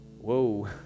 whoa